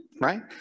right